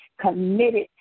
committed